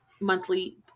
monthly